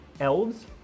elves